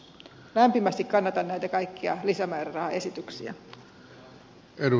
lämpimästi kannatan näitä kaikkia lisämäärärahaesityksiä